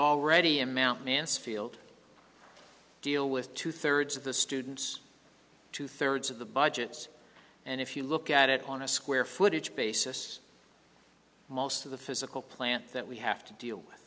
already amount mansfield deal with two thirds of the students two thirds of the budgets and if you look at it on a square footage basis most of the physical plant that we have to deal with